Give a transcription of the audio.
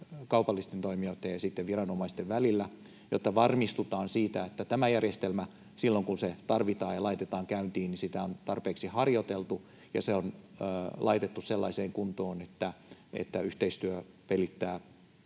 kaupallisten toimijoitten ja viranomaisten välillä, jotta varmistutaan siitä, että tätä järjestelmää, silloin kun sitä tarvitaan ja se laitetaan käyntiin, on tarpeeksi harjoiteltu ja se on laitettu sellaiseen kuntoon, että yhteistyö pelittää